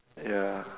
ya